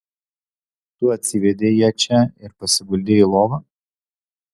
tu atsivedei ją čia ir pasiguldei į lovą